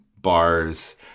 bars